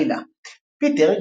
עלילה פיטר,